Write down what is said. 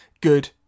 good